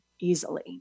easily